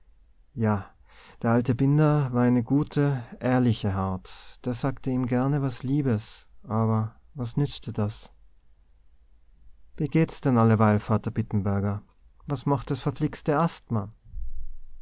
ja der alte binder war eine gute ehrliche haut der sagte ihm gerne was liebes aber was nützte das wie geht's dann alleweil vadder bittenberger was macht des verflixte asthma